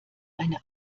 eine